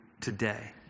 today